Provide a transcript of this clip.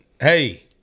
hey